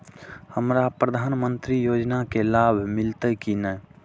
हमरा प्रधानमंत्री योजना के लाभ मिलते की ने?